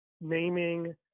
naming